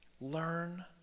Learn